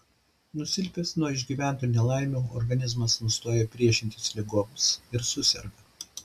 nusilpęs nuo išgyventų nelaimių organizmas nustoja priešintis ligoms ir suserga